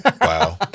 Wow